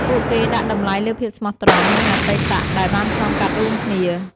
ពួកគេដាក់តម្លៃលើភាពស្មោះត្រង់ និងអតីតដែលបានឆ្លងកាត់រួមគ្នា។